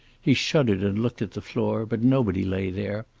he shuddered and looked at the floor, but nobody lay there.